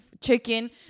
chicken